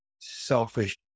selfish